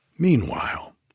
Meanwhile